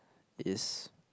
is